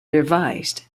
revised